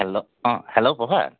hello অ hello প্ৰভাত